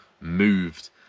moved